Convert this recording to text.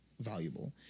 valuable